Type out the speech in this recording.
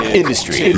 industry